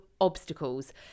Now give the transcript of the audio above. obstacles